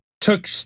took